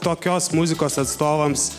tokios muzikos atstovams